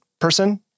person